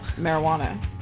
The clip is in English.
marijuana